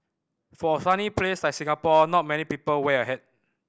for a sunny place like Singapore not many people wear a hat